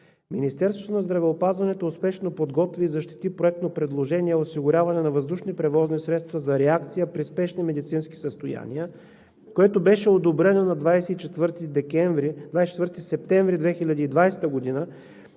Министерството на здравеопазването успешно подготви и защити проектно предложение „Осигуряване на въздушни превозни средства за реакция при спешни медицински състояния“, което беше одобрено на 24 септември 2020 г.